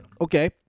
Okay